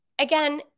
again